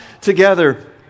together